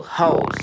holes